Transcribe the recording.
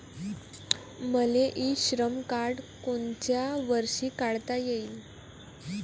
मले इ श्रम कार्ड कोनच्या वर्षी काढता येईन?